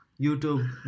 YouTube